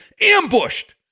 ambushed